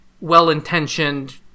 well-intentioned